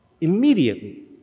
immediately